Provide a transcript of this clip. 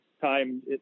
time